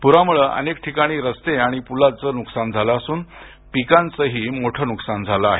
पुरामुळं अनेक ठिकाणच्या रस्ते आणि पुलांचं नुकसान झालं असून पिकांचंही मोठं नुकसान झालं आहे